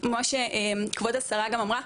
כמו שכבוד השרה גם אמרה,